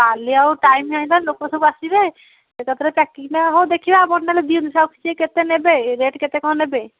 କାଲି ଆଉ ଟାଇମ୍ ନାଇ ନା ଲୋକ ସବୁ ଆସିବେ ଏକାଥରେ ପ୍ୟାକିଙ୍ଗ୍ ଟା ହଉ ଦେଖିବା ଆପଣ ତାହାଲେ ଦିଅନ୍ତୁ ସିଏ କେତେ ନେବେ ରେଟ୍ କେତେ କଣ ନେବେ